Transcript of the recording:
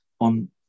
on